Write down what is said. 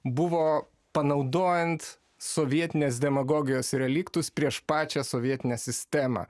buvo panaudojant sovietinės demagogijos reliktus prieš pačią sovietinę sistemą